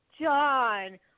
John